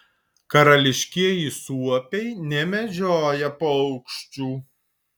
karališkieji suopiai nemedžioja paukščių